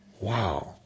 Wow